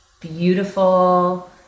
beautiful